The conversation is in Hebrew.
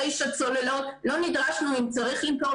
תשע צוללות לא נדרשנו אם צריך למכור,